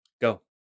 Go